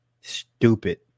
Stupid